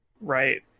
Right